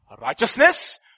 Righteousness